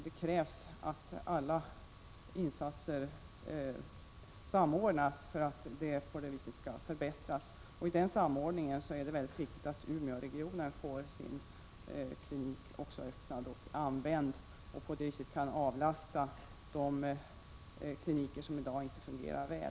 Det krävs att alla insatser samordnas för att förbättra läget, och i den samordningen är det viktigt att Umeåregionen får sin klinik öppnad och använd och på det viset kan avlasta de kliniker som i dag inte fungerar väl.